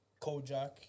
Kojak